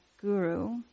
guru